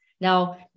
Now